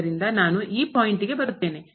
ಆದ್ದರಿಂದ ನಾನು ಈ ಪಾಯಿಂಟ್ ಗೆ ಬರುತ್ತೇನೆ